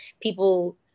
people